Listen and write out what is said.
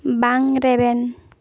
ᱵᱟᱝ ᱨᱮᱵᱮᱱ